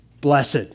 Blessed